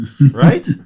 Right